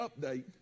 update